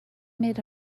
made